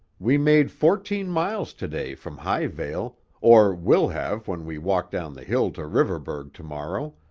we made fourteen miles to-day from highvale or will have when we walk down the hill to riverburgh to-morrow,